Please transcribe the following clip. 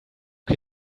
can